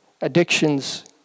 Addictions